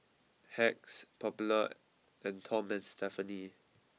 Hacks Popular and Tom and Stephanie